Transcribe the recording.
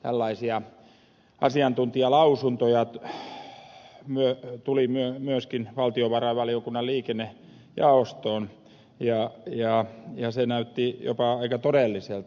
tällaisia asiantuntijalausuntoja tuli myöskin valtiovarainvaliokunnan liikennejaostoon ja se väheneminen näytti jopa aika todelliselta